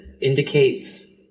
indicates